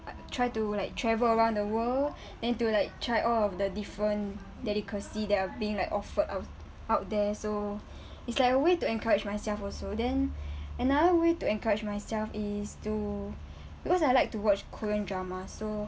try to like travel around the world then to like try all of the different delicacy that are being like offered ou~ out there so it's like a way to encourage myself also then another way to encourage myself is to because I like to watch korean drama so